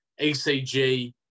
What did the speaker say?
ECG